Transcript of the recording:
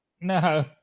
No